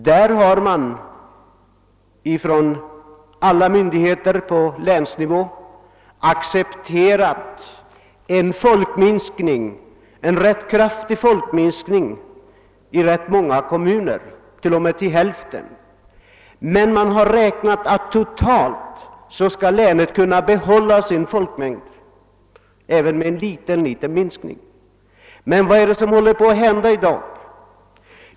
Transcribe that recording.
Där har alla myndigheter på länsnivå accepterat en rätt kraftig folkminskning, t.o.m. över hälften, i många kommuner, men man har räknat med att länet totalt kan behålla sin folkmängd med bara en liten minskning. Men vad är det som håller på att hända i dag?